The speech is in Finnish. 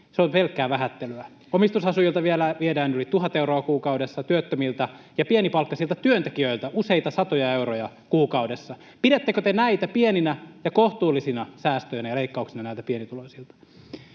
Se on pelkkää vähättelyä. Omistusasujilta viedään yli tuhat euroa kuukaudessa, työttömiltä ja pienipalkkaisilta työntekijöiltä useita satoja euroja kuukaudessa. Pidättekö te näitä pieninä ja kohtuullisina säästöinä ja leikkauksina näiltä pienituloisilta?